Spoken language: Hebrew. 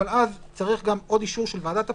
אבל אז צריך עוד אישור של ועדת הפטור,